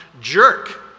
jerk